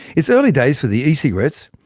it's early days for the e-cigarettes,